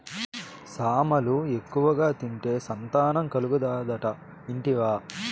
సామలు ఎక్కువగా తింటే సంతానం కలుగుతాదట ఇంటివా